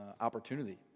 opportunity